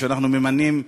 שאנחנו ממנים,